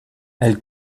elle